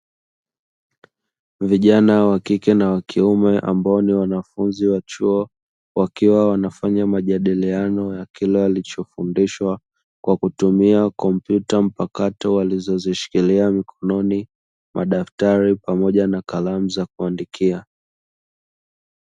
Vijana wa kike na wa kiume ambao ni wanafunzi wa chuo, wakiwa wanafanya majadiliano ya kile walichofundishwa kwa kutumia kompyuta mpakato walizozishikilia mkononi, madaftari pamoja na kalamu za kuandikia.